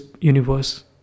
universe